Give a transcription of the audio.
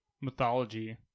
mythology